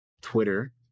Twitter